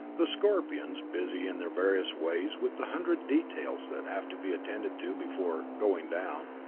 the scorpions, busy in their various ways with the hundred details that have to be attended to before going down,